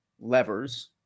levers